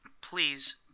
please